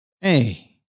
Hey